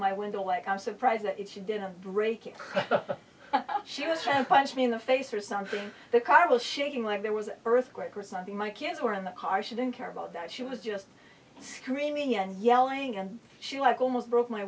my window like i'm surprised that she didn't break it she must have punched me in the face or something the car was shaking like there was earthquake or something my kids were in the car she didn't care about that she was just screaming and yelling and she like almost broke my